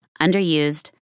underused